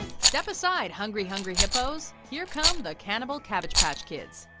step aside, hungry hungry hippos, here come the cannibal, cabbage patch kids.